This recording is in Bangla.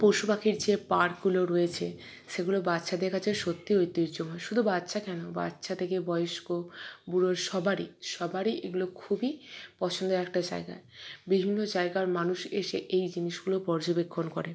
পশুপাখির যে পার্কগুলো রয়েছে সেগুলো বাচ্চাদের কাছে সত্যিই ঐতিহ্যময় শুধু বাচ্চা কেন বাচ্চা থেকে বয়স্ক বুড়ো সবারই সবারই এগুলো খুবই পছন্দের একটা জায়গা বিভিন্ন জায়গার মানুষ এসে এই জিনিসগুলো পর্যবেক্ষণ করে